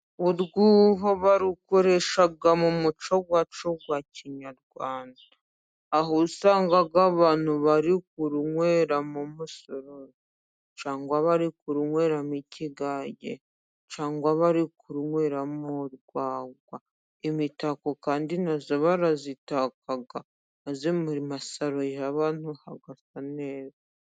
Urwuho barukoresha mu muco wacu wa kinyarwanda ,aho usanga abantu bari kurunywera umusuru, cyangwa bari kurunyweramo ikigage, cyangwa bari kuruyweramo urwagwa. Imitako kandi nayo barayitaka ,maze mu masaro y'abantu hagasa neza.